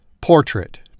portrait